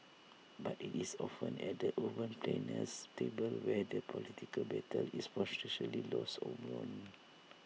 but IT is often at the urban planner's table where the political battle is potentially lost or won